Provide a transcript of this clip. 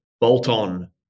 bolt-on